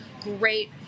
great